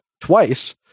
twice